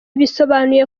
bisobanuye